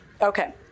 Okay